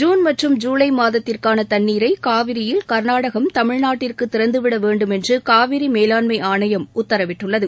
June மற்றும் ஜூலை மாதத்திற்கான தண்ணீரை காவிரியில் கர்நாடகம் தமிழ்நாட்டிற்கு திறந்துவிட வேண்டும் என்று காவிரி மேலாண்மை ஆணையம் உத்தரவிட்டுள்ளது